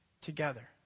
together